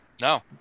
No